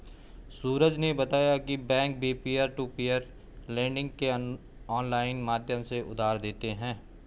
सूरज ने बताया की बैंक भी पियर टू पियर लेडिंग के ऑनलाइन माध्यम से उधार देते हैं